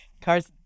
cars